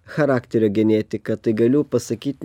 charakterio genetika tai galiu pasakyt